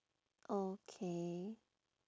okay